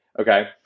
okay